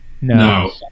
No